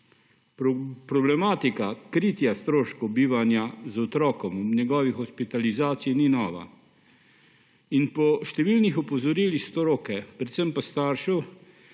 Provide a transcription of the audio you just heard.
Problematika kritja stroškov bivanja z otrokom v njegovi hospitalizaciji ni nova. Po številnih opozorilih stroke, predvsem pa staršev,